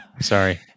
Sorry